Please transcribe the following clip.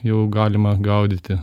jau galima gaudyti